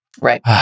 Right